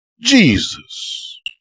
Jesus